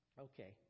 Okay